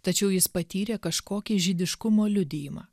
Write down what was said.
tačiau jis patyrė kažkokį žydiškumo liudijimą